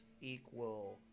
equal